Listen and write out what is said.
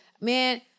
man